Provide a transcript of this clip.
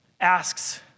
asks